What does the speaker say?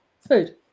Food